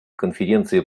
конференции